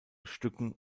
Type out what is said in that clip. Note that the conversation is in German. stücken